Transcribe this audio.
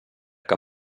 que